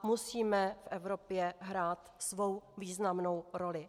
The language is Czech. Musíme v Evropě hrát svou významnou roli.